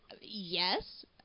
Yes